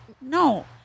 No